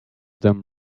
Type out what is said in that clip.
them